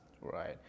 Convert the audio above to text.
Right